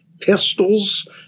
pistols